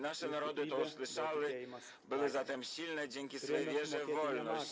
Nasze narody to usłyszały, były zatem silne dzięki swej wierze w wolność.